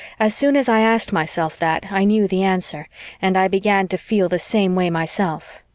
as soon as i asked myself that, i knew the answer and i began to feel the same way myself.